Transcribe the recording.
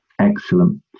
Excellent